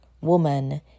woman